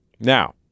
Now